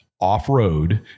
off-road